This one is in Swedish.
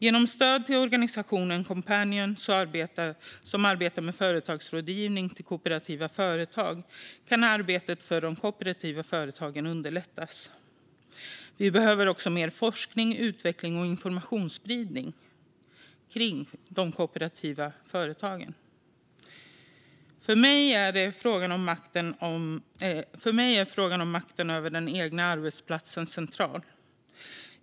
Genom stöd till organisationen Coompanion, som arbetar med företagsrådgivning till kooperativa företag, kan arbetet för de kooperativa företagen underlättas. Vi behöver också mer forskning, utveckling och informationsspridning kring de kooperativa företagen. För mig är frågan om makten över den egna arbetsplatsen central.